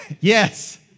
Yes